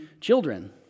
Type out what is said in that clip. children